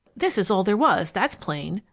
this is all there was that's plain,